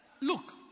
Look